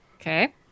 Okay